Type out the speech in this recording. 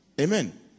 amen